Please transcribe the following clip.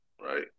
right